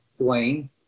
Dwayne